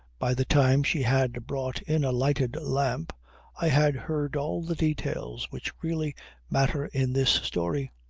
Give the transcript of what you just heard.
by the time she had brought in a lighted lamp i had heard all the details which really matter in this story.